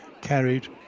carried